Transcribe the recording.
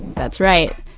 that's right.